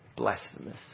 Blasphemous